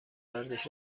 ورزش